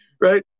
right